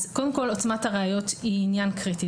אז קודם כל עוצמת הראיות היא עניין קריטי.